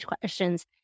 questions